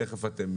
אתם תכף תראו,